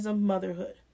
motherhood